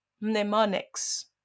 mnemonics